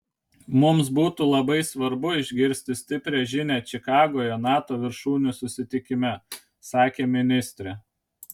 mums būtų labai svarbu išgirsti stiprią žinią čikagoje nato viršūnių susitikime sakė ministrė